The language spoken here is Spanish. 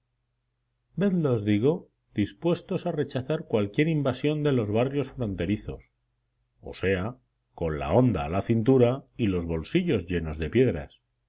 vedlos digo dispuestos a rechazar cualquier invasión de los barrios fronterizos o sea con la honda a la cintura y los bolsillos llenos de piedras